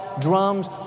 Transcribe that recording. drums